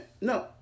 No